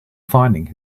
finding